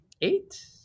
eight